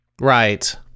right